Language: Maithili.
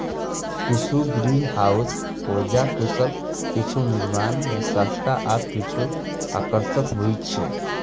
किछु ग्रीनहाउस उर्जा कुशल, किछु निर्माण मे सस्ता आ किछु आकर्षक होइ छै